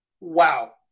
wow